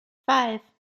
five